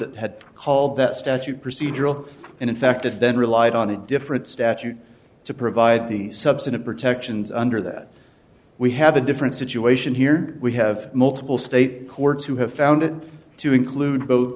that had called that statute procedural and in fact if then relied on a different statute to provide the substantive protections under that we have a different situation here we have multiple state courts who have found it to include bot